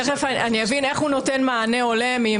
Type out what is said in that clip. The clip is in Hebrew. תיכף אני אבין איך הוא נותן מענה הולם אם